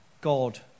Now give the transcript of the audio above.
God